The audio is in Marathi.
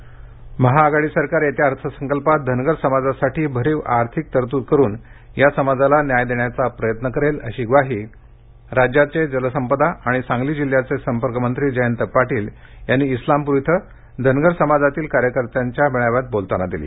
अर्थसंकल्प महाआघाडी सरकार येत्या अर्थसंकल्पात धनगर समाजासाठी भरीव आर्थिक तरतूद करून या समाजाला न्याय देण्याचा प्रयत्न करेल अशी ग्वाही राज्याचे जलसंपदा आणि सांगली जिल्ह्याचे संपर्क मंत्री जयंत पाटील यांनी इस्लामपूर इथं धनगर समाजातील कार्यकर्त्यांच्या मेळाव्यात बोलताना दिली